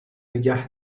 نگه